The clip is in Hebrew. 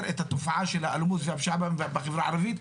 את התופעה של האלימות והפשיעה בחברה הערבית.